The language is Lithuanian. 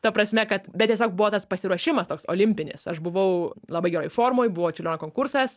ta prasme kad bet tiesiog buvo tas pasiruošimas toks olimpinis aš buvau labai geroj formoj buvo čiurlionio konkursas